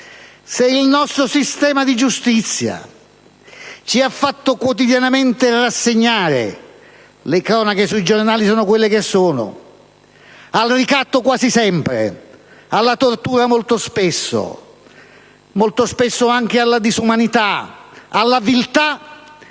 Se il nostro sistema di giustizia ci ha fatto quotidianamente rassegnare - le cronache sui giornali sono note - al ricatto quasi sempre, alla tortura molto spesso e molto spesso anche alla disumanità e alla viltà,